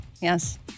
Yes